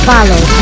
Follow